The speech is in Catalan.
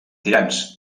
tirants